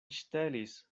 ŝtelis